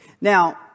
Now